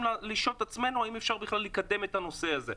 לשאול את עצמנו האם אפשר בכלל לקדם את הנושא הזה.